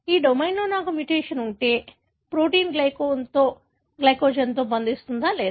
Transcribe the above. ఈ డొమైన్లో నాకు మ్యుటేషన్ ఉంటే ప్రోటీన్ గ్లైకోజెన్తో బంధిస్తుందా లేదా